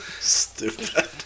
Stupid